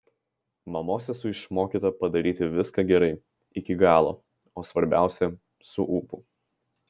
mamos esu išmokyta padaryti viską gerai iki galo o svarbiausia su ūpu